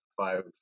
five